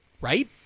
right